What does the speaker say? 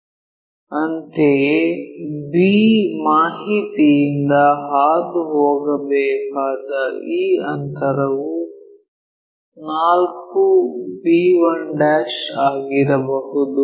ಅಂತೆಯೇ b ಮಾಹಿತಿಯಿಂದ ಹಾದುಹೋಗಬೇಕಾದ ಈ ಅಂತರವು 4 b1 ಆಗಿರಬಹುದು